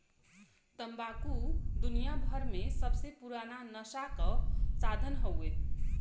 तम्बाकू दुनियाभर मे सबसे पुराना नसा क साधन हउवे